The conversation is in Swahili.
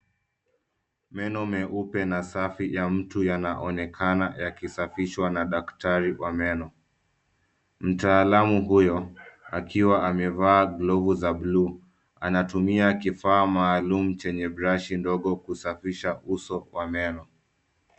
Meno meupe na safi ya mtu yanaonekana yakisafishwa na daktari wa meno. Mtaalamu huyo akiwa amevaa glovu za buluu, anatumia kifaa maalum chenye brashi ndogo kusafisha uso wa meno.